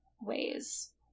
ways